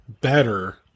better